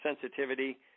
sensitivity